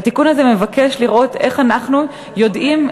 והתיקון הזה מבקש לראות איך אנחנו יודעים,